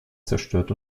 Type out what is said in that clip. zerstört